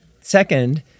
Second